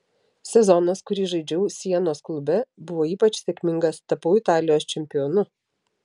sezonas kurį žaidžiau sienos klube buvo ypač sėkmingas tapau italijos čempionu